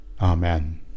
Amen